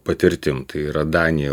patirtimi tai yra danija